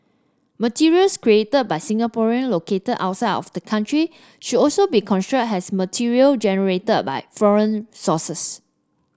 materials created by Singaporean located outside of the country should also be construed as material generated by foreign sources